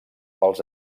pels